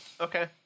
Okay